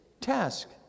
task